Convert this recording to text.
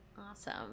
awesome